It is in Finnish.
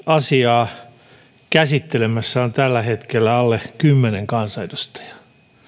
asiaa käsittelemässä on tällä hetkellä alle kymmenen kansanedustajaa